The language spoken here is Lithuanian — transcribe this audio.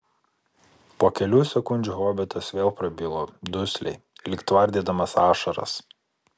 po kelių sekundžių hobitas vėl prabilo dusliai lyg tvardydamas ašaras